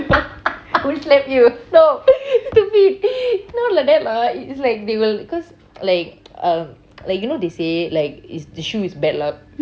will slap you no stupid not like that lah it's like they will cause like um like you know they say like it's the shoe is bad luck